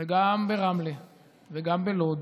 וגם ברמלה וגם בלוד,